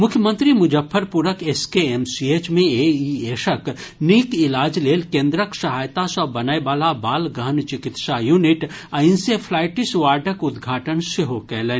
मुख्यमंत्री मुजफ्फरपुरक एसकेएमसीएच मे एईएसक नीक इलाज लेल केंद्रक सहायता सँ बनयवला बाल गहन चिकित्सा यूनिट आ इंसेफ्लाइटिस वार्डक उद्घाटन सेहो कयलनि